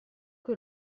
que